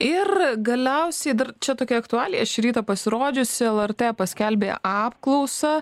ir galiausiai dar čia tokia aktualija šį rytą pasirodžiusi lrt paskelbė apklausą